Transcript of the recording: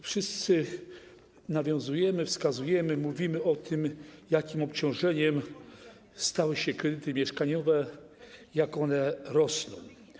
Wszyscy nawiązujemy do tego, wskazujemy, mówimy o tym, jakim obciążeniem stały się kredyty mieszkaniowe, jak one rosną.